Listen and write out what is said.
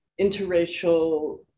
interracial